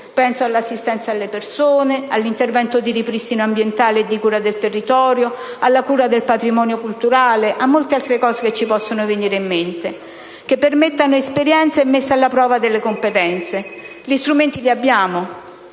penso all'assistenza alle persone, all'intervento di ripristino ambientale e di cura del territorio, alla cura del patrimonio culturale e a molte altre cose che ci possono venire in mente - che permettano esperienze e messa alla prova delle competenze. Gli strumenti li abbiamo.